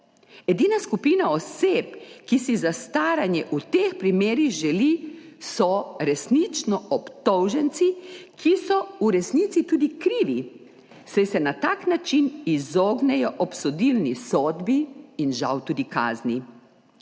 Edina skupina oseb, ki si zastaranje v teh primerih želi, so resnično obtoženci, ki so v resnici tudi krivi, saj se na tak način izognejo obsodilni sodbi in žal tudi kazni.